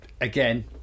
again